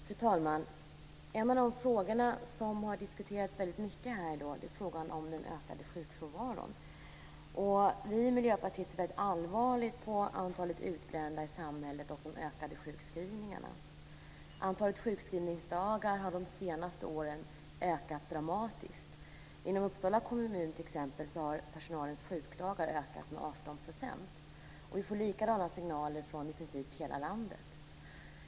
Fru talman! En av de frågor som har diskuterats väldigt mycket här är frågan om den ökade sjukfrånvaron. Vi i Miljöpartiet ser väldigt allvarligt på antalet utbrända i samhället och de ökade sjukskrivningarna. Antalet sjukskrivningsdagar har de senaste åren ökat dramatiskt. Inom Uppsala kommun t.ex. har personalens sjukdagar ökat med 18 %. Vi får likadana signaler från i princip hela landet.